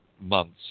months